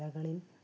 കലകളിൽ